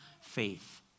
faith